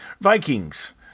Vikings